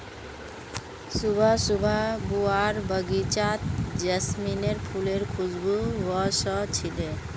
सुबह सुबह बुआर बगीचात जैस्मीनेर फुलेर खुशबू व स छिले